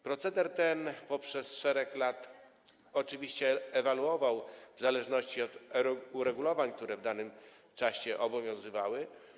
Proceder ten przez szereg lat oczywiście ewoluował w zależności od uregulowań, które w danym czasie obowiązywały.